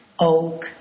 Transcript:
oak